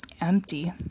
empty